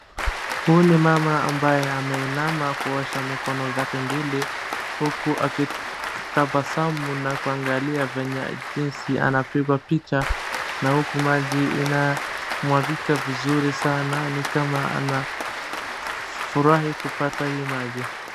Huyu ni mama ambaye ameinama kuosha mikono zake mbili huku akitabasamu na kuangalia venye jinsi anapigwa picha na huku maji inamwagika vizuri sana ni kama anafurahi kupata hii maji.